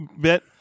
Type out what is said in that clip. bit